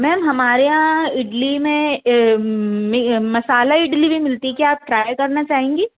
ma'am हमारे यहाँ इडली में मसाला इडली भी मिलती है क्या आप ट्राइ करना चाहेंगी